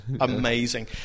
Amazing